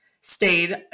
stayed